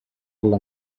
alla